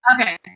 Okay